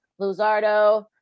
Luzardo